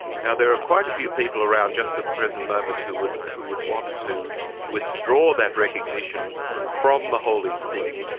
now, there are quite a few people around just at the present moment who would who would want to withdraw that recognition from the holy see,